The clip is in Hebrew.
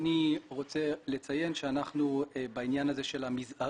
אני רוצה לציין שאנחנו בעניין הזה של המזערי,